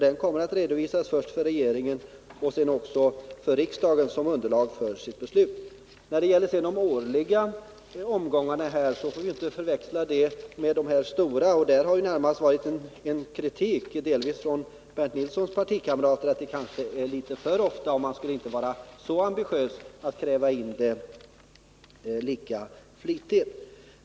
Den kommer att redovisas först för regeringen och sedan för riksdagen som underlag för beslut. De årliga omgångarna får inte förväxlas med de stora. Vi har närmast från Bernt Nilssons partikamrater fått kritik för att de kommer litet för ofta. Man har sagt att vi inte borde vara så ambitiösa och kräva in dem så flitigt.